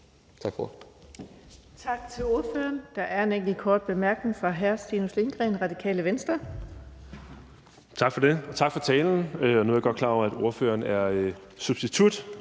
Tak for ordet.